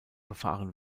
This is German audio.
befahren